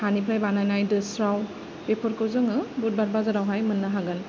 हानिफ्राय बानायनाय दोस्राव बेफोरखौ जोङो बुधबार बाजारावहाय मोननो हागोन